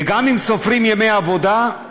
וגם אם סופרים ימי עבודה,